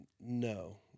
No